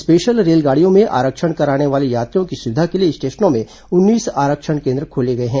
special रेलगाड़ियों में आरक्षण कराने वाले यात्रियों की सुविधा के लिए स्टेशनों में उन्नीस आरक्षण केन्द्र खोले गए हैं